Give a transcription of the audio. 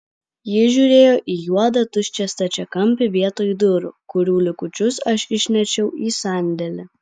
ji žiūrėjo į juodą tuščią stačiakampį vietoj durų kurių likučius aš išnešiau į sandėlį